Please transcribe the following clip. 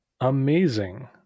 Amazing